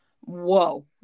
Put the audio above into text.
Whoa